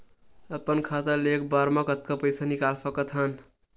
अपन खाता ले एक बार मा कतका पईसा निकाल सकत हन?